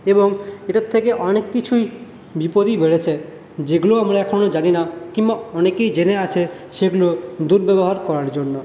এবং এটার থেকে অনেক কিছুই বিপদই বেড়েছে যেগুলো আমরা এখনও জানি না কিংবা অনেকেই জেনে আছে সেগুলো দুর্ব্যবহার করার জন্য